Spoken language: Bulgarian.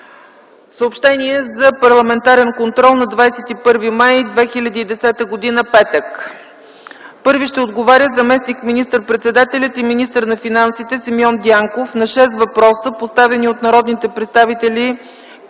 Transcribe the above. Съобщение за парламентарен контрол на 21 май 2010 г., петък: Първи ще отговаря заместник министър-председателят и министър на финансите Симеон Дянков на шест въпроса, поставени от народните представители Кирчо